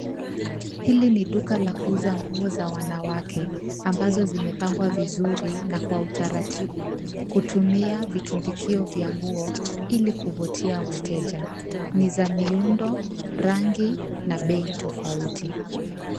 Hili ni duka la kuuza nguo za wanawake ambazo zimepangwa vizuri na kwa utaratibu kutumia vitundukio vya nguo ili kuvutia wateja. Ni za miundo, rangi na bei tofauti.